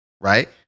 right